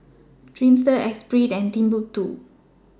Dreamster Esprit and Timbuk two